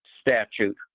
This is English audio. statute